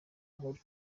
nkuru